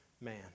man